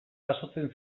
jasotzen